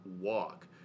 walk